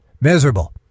miserable